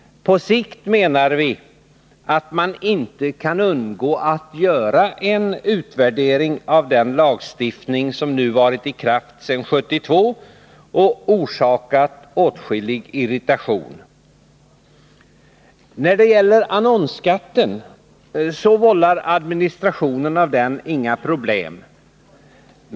På sikt menar vi att man inte kan undgå att göra en utvärdering av den lagstiftning som nu varit i kraft sedan 1972 och orsakat åtskillig irritation. När det gäller annonsskatten menar vi att administrationen av den inte vållar några problem.